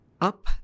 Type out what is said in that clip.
up